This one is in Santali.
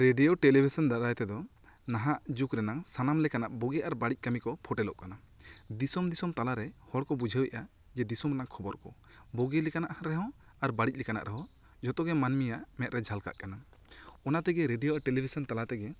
ᱨᱮᱰᱤᱭᱚ ᱴᱮᱞᱤᱵᱷᱤᱥᱚᱱ ᱫᱟᱨᱟᱭ ᱛᱮᱫᱚ ᱱᱟᱦᱟᱜ ᱡᱩᱜᱽ ᱨᱮᱱᱟᱜ ᱥᱟᱱᱟᱢ ᱞᱮᱠᱟᱱᱟᱜ ᱵᱩᱜᱤ ᱟᱨ ᱵᱟᱹᱲᱤᱡ ᱠᱟᱹᱢᱤ ᱠᱚ ᱯᱷᱚᱴᱮᱞᱚᱜ ᱠᱟᱱᱟ ᱫᱤᱥᱚᱢ ᱫᱤᱥᱚᱢ ᱛᱟᱞᱟᱨᱮ ᱦᱚᱲ ᱠᱚ ᱵᱩᱡᱷᱟᱣᱮᱫ ᱟ ᱡᱮ ᱫᱤᱥᱚᱢ ᱨᱮᱱᱟᱜ ᱠᱷᱚᱱᱚᱨ ᱠᱚ ᱵᱩᱜᱤ ᱞᱮᱠᱟᱱᱟᱜ ᱨᱮᱦᱚᱸ ᱟᱨ ᱵᱟᱹᱲᱤᱡ ᱞᱮᱠᱟᱱᱟᱜ ᱨᱮᱦᱚᱸ ᱡᱷᱚᱛᱚ ᱜᱮ ᱢᱟᱹᱱᱢᱤᱭᱟᱜ ᱢᱮᱫ ᱨᱮ ᱡᱷᱟᱞᱠᱟᱜ ᱠᱟᱱᱟ ᱚᱱᱟ ᱛᱮᱜᱮ ᱨᱮᱰᱤᱭᱚ ᱟᱨ ᱴᱮᱞᱤᱵᱷᱤᱥᱚᱱ ᱛᱟᱞᱟ ᱛᱮᱜᱮ